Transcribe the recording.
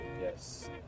Yes